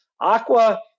Aqua